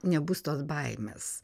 nebus tos baimės